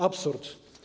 Absurd.